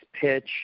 pitch